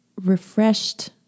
Refreshed